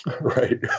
Right